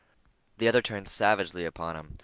the other turned savagely upon him.